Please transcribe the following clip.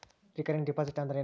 Recurring deposit ಅಂದರೇನು?